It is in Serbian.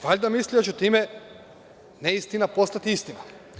Valjda misle da će time neistina postati istina.